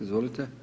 Izvolite.